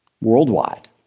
worldwide